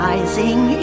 Rising